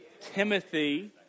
Timothy